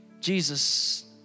Jesus